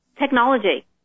technology